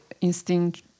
instinct